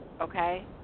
okay